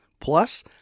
Plus